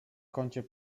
kącie